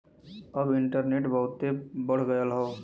अब इन्टरनेट बहुते बढ़ गयल हौ